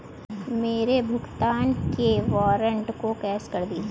मेरे भुगतान के वारंट को कैश कर दीजिए